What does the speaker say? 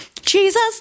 Jesus